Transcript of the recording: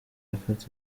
yafata